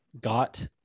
got